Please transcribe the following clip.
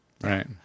Right